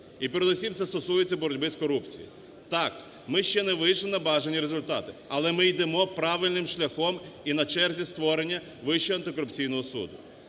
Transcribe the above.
і передусім це стосується боротьби з корупцією. Так, ми ще не вийшли на бажані результати, але ми йдемо правильним шляхом і на черзі створення Вищого антикорупційного суду,